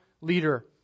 leader